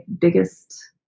biggest